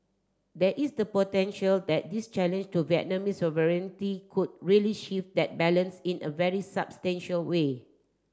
there is the potential that this challenge to Vietnamese sovereignty could really shift that balance in a very substantial way